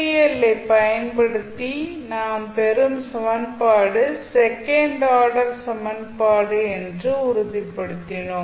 L ஐப் பயன்படுத்தி நாம் பெரும் சமன்பாடு செகண்ட் ஆர்டர் சமன்பாடு என்று உறுதிப்படுத்தினோம்